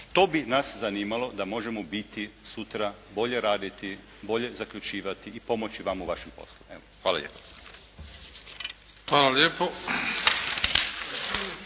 To bi nas zanimalo da možemo biti sutra bolje raditi, bolje zaključivati i pomoći vama u vašem poslu. Evo, hvala lijepo.